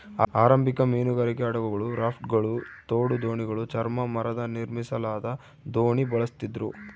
ಆರಂಭಿಕ ಮೀನುಗಾರಿಕೆ ಹಡಗುಗಳು ರಾಫ್ಟ್ಗಳು ತೋಡು ದೋಣಿಗಳು ಚರ್ಮ ಮರದ ನಿರ್ಮಿಸಲಾದ ದೋಣಿ ಬಳಸ್ತಿದ್ರು